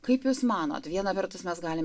kaip jūs manot viena vertus mes galim